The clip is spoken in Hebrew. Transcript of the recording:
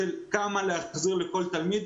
יש סוגיות כמה להחזיר לכל תלמיד.